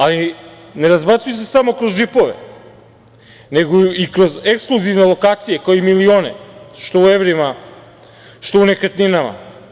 Ali, ne razbacuju se samo kroz džipove, nego i kroz ekskluzivne lokacije, kao i miline, što u evrima, što u nekretninama.